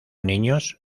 niños